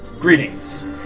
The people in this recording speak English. Greetings